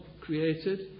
created